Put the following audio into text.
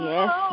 Yes